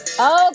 Okay